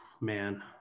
Man